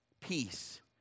Peace